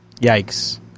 Yikes